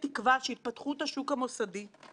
נושא ביטוח הפיקדונות הוא סבוך ביותר